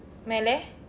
மேல:meela